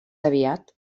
aviat